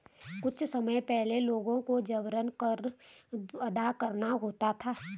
कुछ समय पहले लोगों को जबरन कर अदा करना होता था